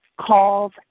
calls